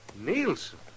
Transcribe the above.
Nielsen